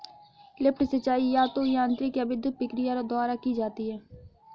lift सिंचाई या तो यांत्रिक या विद्युत प्रक्रिया द्वारा की जाती है